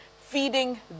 feeding